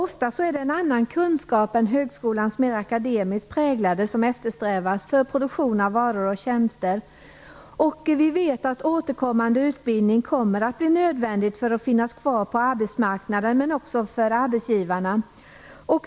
Ofta är det en annan kunskap än högskolans mer akademiskt präglade som eftersträvas för produktion av varor och tjänster. Vi vet att återkommande utbildning kommer att bli nödvändig för arbetstagarna för att finnas kvar på arbetsmarknaden, men också för arbetsgivarna.